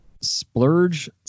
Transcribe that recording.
splurge